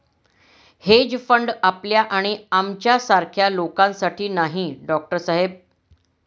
hedge fund आपल्या आणि आमच्यासारख्या लोकांसाठी नाही, डॉक्टर साहेब